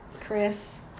Chris